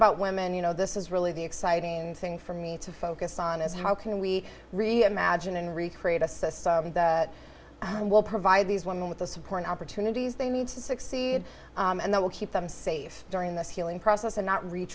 about women you know this is really the exciting thing for me to focus on is how can we really imagine and recreate a society that will provide these women with the support opportunities they need to succeed and that will keep them safe during this healing process and not re